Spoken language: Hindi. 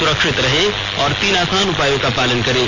सुरक्षित रहें और तीन आसान उपायों का पालन करें